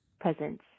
presents